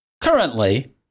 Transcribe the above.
Currently